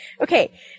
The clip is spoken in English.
Okay